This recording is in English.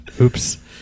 Oops